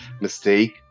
mistake